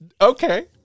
Okay